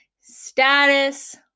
status